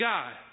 God